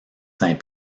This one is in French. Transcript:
saint